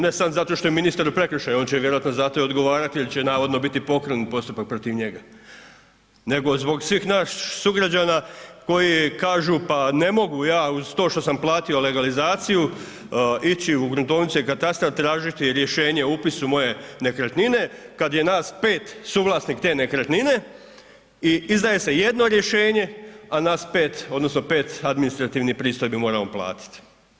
Ne samo zato što je ministar u prekršaju, on će vjerojatno zato i odgovarati jer će navodno biti pokrenut postupak protiv njega, nego zbog svih nas sugrađana koji kažu pa ne mogu ja uz to što sam platio legalizaciju ići u gruntovnice i katastar tražiti rješenje o upisu moje nekretnine kada je nas 5 suvlasnik te nekretnine i izdaje se jedno rješenje a nas 5, odnosno 5 administrativnih pristojbi moramo platiti.